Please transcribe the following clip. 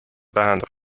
tähendab